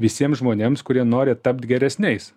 visiems žmonėms kurie nori tapt geresniais